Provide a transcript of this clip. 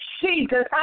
Jesus